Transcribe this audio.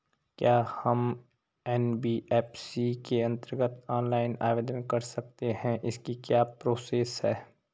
क्या हम एन.बी.एफ.सी के अन्तर्गत ऑनलाइन आवेदन कर सकते हैं इसकी क्या प्रोसेस है?